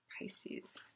Pisces